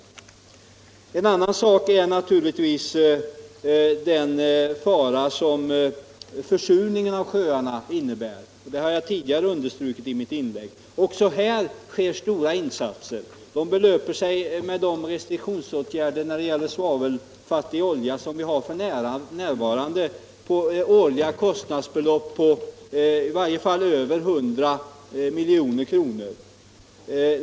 En annan sak är naturligtvis den fara som försurningen av sjöarna innebär. Det har jag tidigare understrukit. Också här görs stora insatser. Kostnaderna belöper sig, med de restriktionsåtgärder när det gäller svavelfri olja som vi har f.n., på i varje fall mer än 100 milj.kr.